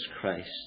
Christ